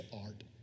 art